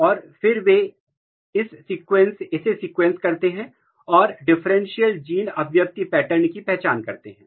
और वे फिर वे इसे सीक्वेंस करते हैं और डिफरेंशियल जीन अभिव्यक्ति पैटर्न की पहचान करते हैं